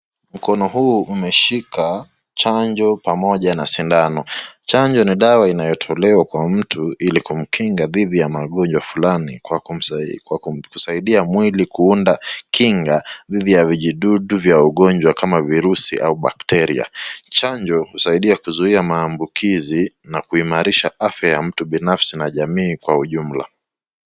Mkono huu umeshika chanjo pamoja na sindano. Chanjo ni dawa inatolewa kwa mtu hili kumkinga dhidi ya magonjwa fulani kwa kusaidia mwili kuunda kinga dhidi ya kijidudu vidya ugonjwa kama virusi ama bacteria. Chanjo usaidia kuzuia maambukizi na kuimarisha afya ya mtu binafsi na jamii kwa ujumla.